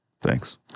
Thanks